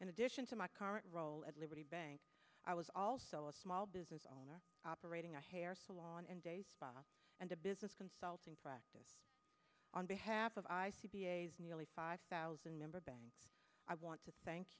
in addition to my current role at liberty bank i was also a small business owner operating a hair salon and a spa and a business consulting practice on behalf of i c b a's nearly five thousand member banks i want to thank